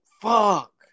Fuck